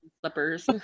slippers